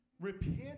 repent